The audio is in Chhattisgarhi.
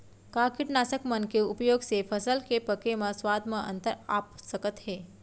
का कीटनाशक मन के उपयोग से फसल के पके म स्वाद म अंतर आप सकत हे?